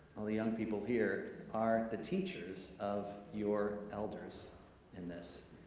all the young people here are the teachers of your elders in this.